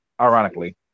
ironically